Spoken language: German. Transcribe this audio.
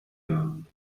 jahren